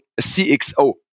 cxo